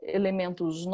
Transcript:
elementos